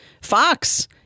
Fox